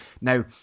now